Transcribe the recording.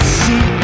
see